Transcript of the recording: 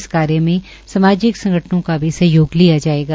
इस कार्य में सामाजिक संगठनों का भी सहयोग लिया जाएगा